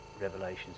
Revelations